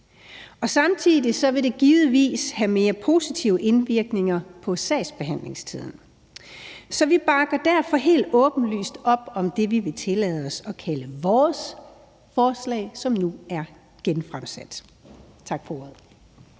Samtidig vil det givetvis have mere positive indvirkninger på sagsbehandlingstiden. Så vi bakker derfor helt åbenlyst op om det, vi vil tillade os at kalde vores forslag, som nu er genfremsat. Tak for ordet.